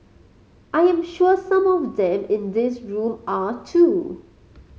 I am sure some of them in this room are too